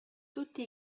tutti